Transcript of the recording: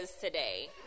today